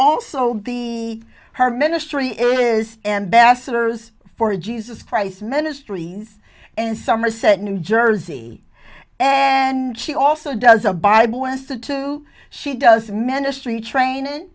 also be her ministry is ambassadors for jesus christ ministries in somerset new jersey and she also does a bible institute she does ministry training